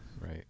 Right